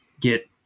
get